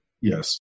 Yes